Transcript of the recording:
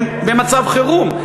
הם במצב חירום.